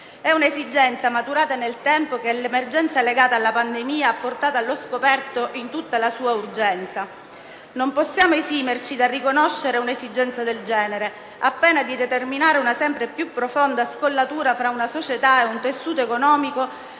è un'esigenza maturata nel tempo, che l'emergenza legata alla pandemia ha portato allo scoperto in tutta la sua urgenza. Non possiamo esimerci dal riconoscere un'esigenza del genere, a pena di determinare una sempre più profonda scollatura fra una società e un tessuto economico,